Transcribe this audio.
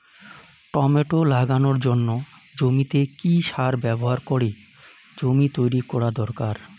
Tomato লাগানোর জন্য জমিতে কি সার ব্যবহার করে জমি তৈরি করা দরকার?